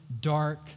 dark